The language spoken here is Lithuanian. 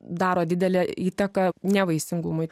daro didelę įtaką nevaisingumui